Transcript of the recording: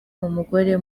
umugore